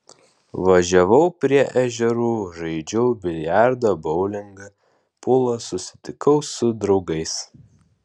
važiavau prie ežerų žaidžiau biliardą boulingą pulą susitikau su draugais